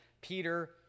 Peter